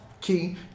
key